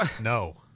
no